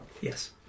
Yes